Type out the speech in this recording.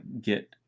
get